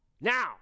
now